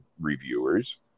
reviewers